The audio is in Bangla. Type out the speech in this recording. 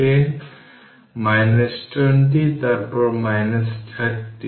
সুতরাং 10 10 থেকে পাওয়ার 6 ফ্যারাড 300 কুলম্ব তাই 3 10 পাওয়ার 3 কুলম্ব অর্থাৎ q মোট চার্জ